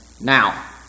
Now